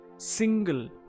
Single